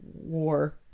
war